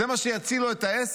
זה מה שיציל לו את העסק?